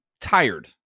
tired